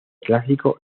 clásico